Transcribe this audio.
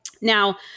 Now